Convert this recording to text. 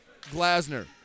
Glasner